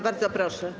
Bardzo proszę.